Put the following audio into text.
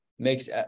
makes